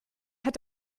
hat